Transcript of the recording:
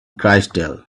crystal